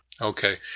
Okay